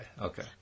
okay